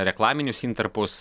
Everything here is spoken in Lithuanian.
reklaminius intarpus